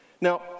Now